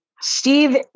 Steve